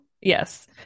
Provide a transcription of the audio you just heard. Yes